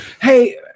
Hey